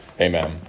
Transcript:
Amen